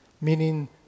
meaning